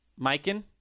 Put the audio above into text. Mikan